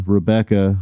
Rebecca